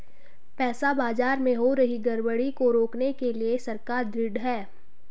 पैसा बाजार में हो रही गड़बड़ी को रोकने के लिए सरकार ढृढ़ है